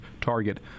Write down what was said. Target